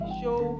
show